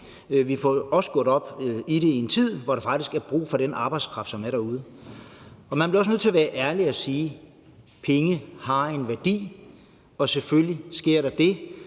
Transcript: Vi får også gjort op med det i en tid, hvor der faktisk er brug for den arbejdskraft, som er derude. Og man bliver også nødt til at være ærlig og sige: Penge har en værdi, og selvfølgelig sker der det,